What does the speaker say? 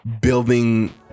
building